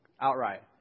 outright